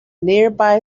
nearby